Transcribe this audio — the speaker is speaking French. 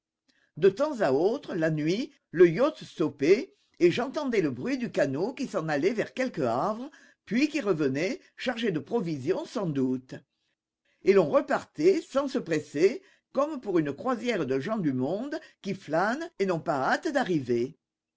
de temps à autre la nuit le yacht stoppait et j'entendais le bruit du canot qui s'en allait vers quelque havre puis qui revenait chargé de provisions sans doute et l'on repartait sans se presser comme pour une croisière de gens du monde qui flânent et n'ont pas hâte d'arriver